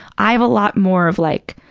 i have a lot more of like,